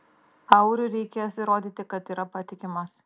auriui reikės įrodyti kad yra patikimas